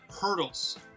Hurdles